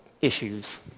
issues